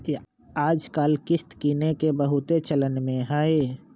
याजकाल किस्त किनेके बहुते चलन में हइ